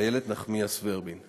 ואיילת נחמיאס ורבין.